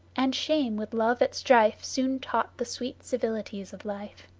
and shame with love at strife soon taught the sweet civilities of life.